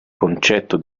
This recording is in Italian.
concetto